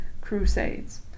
crusades